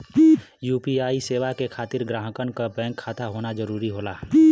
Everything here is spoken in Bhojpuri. यू.पी.आई सेवा के खातिर ग्राहकन क बैंक खाता होना जरुरी होला